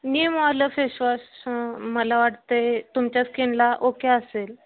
नीम oil face wash मला वाटतं आहे तुमच्या स्किनला ओके असेल